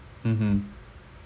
mmhmm